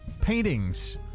Paintings